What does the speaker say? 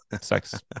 sex